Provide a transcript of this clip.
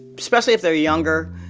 especially if they're younger,